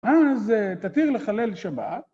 ‫אז תתיר לחלל שבת.